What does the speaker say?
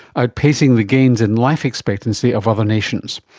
outpacing the gains in life expectancy of other nations.